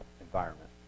environment